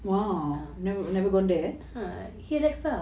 !wow! never never gone there know